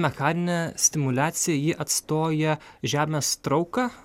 mechaninė stimuliacija ji atstoja žemės trauką